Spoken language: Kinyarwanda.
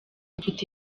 mfite